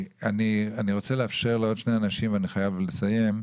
אני רוצה לאפשר לעוד שני אנשים לדבר ואני חייב לסיים.